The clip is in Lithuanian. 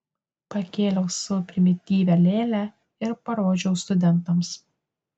pakėliau savo primityvią lėlę ir parodžiau studentams